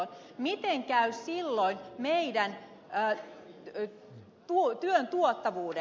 miten käy silloin meidän työn tuottavuuden